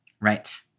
Right